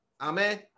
Amen